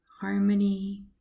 harmony